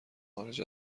خارج